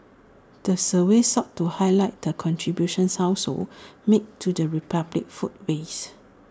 the survey sought to highlight the contribution households make to the republic's food waste